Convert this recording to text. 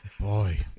Boy